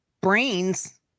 brains